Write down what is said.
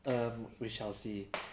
um we shall see